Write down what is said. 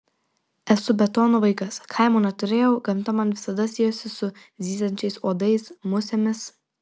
esu betono vaikas kaimo neturėjau gamta man visada siejosi su zyziančiais uodais musėmis